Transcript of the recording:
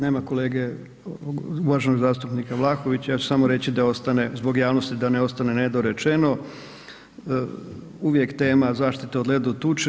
Nema kolege uvaženog zastupnika Vlahovića, ja ću samo reći da ostane zbog javnosti, da ne ostane nedorečeno uvijek tema zaštita o ledu, tući.